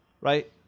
right